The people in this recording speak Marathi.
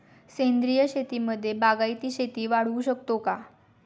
सेंद्रिय शेतीमध्ये बागायती शेती वाढवू शकतो का?